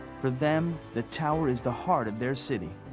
for them the tower is the heart of their city.